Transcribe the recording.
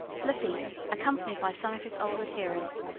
lafitte, accompanied by some of his old adherents,